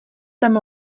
tam